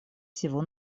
всего